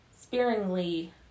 sparingly